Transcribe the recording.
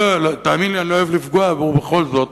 תאמין לי, אני לא אוהב לפגוע, ובכל זאת,